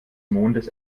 mondes